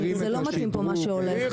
זה לא מתאים פה מה שהולך.